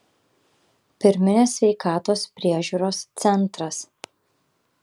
pirminės sveikatos priežiūros centras